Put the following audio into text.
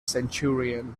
centurion